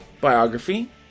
biography